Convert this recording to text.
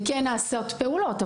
וכן נעשות פעולות.